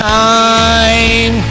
time